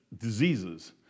diseases